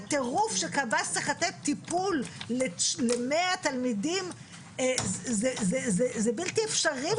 הטירוף שקב"ס צריך לתת טיפול למאה תלמידים זה בלתי אפשרי בכלל.